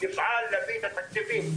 נפעל להביא את התקציבים.